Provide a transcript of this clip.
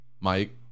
mike